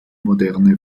moderne